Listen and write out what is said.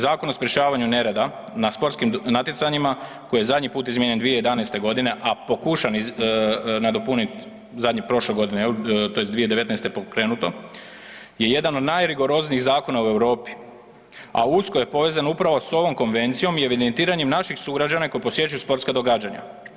Zakon o sprječavanju nereda na sportskim natjecanjima koji je zadnji put izmijenjen 2011. godine, a pokušan nadopunit prošle godine jel, tj. 2019. je pokrenuto je jedan od najrigoroznijih zakona u Europi, a usko je povezan upravo s ovom konvencijom i evidentiranjem naših sugrađana koji posjećuju sportska događanja.